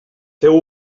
feu